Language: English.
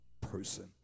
person